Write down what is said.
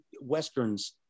westerns